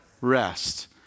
Rest